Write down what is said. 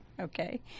Okay